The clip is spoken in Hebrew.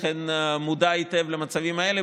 ולכן מודע היטב למצבים האלה.